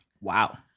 Wow